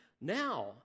now